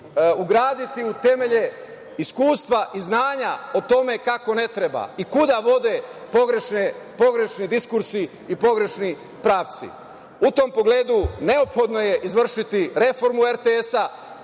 ugraditi u temelje iskustva i znanja o tome kako ne treba i kuda vode pogrešni diskursi i pogrešni pravci.U tom pogledu, neophodno je izvršiti reformu RTS-a,